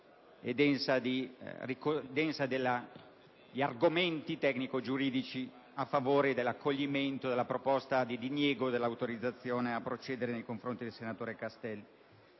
e densa di argomenti tecnico-giuridici a favore dell'accoglimento della proposta di diniego dell'autorizzazione a procedere nei confronti del senatore Castelli.